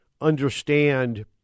understand